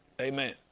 Amen